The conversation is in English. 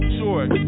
Short